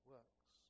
Works